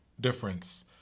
difference